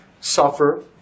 suffer